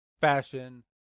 fashion